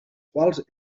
quals